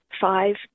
five